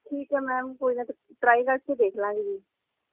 ਠੀਕ ਹੈ ਮੈਮ ਕੋਈ ਨਾ ਟਰਾਈ ਕਰਕੇ ਦੇਖ ਲਾਂਗੇ ਜੀ